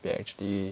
we actually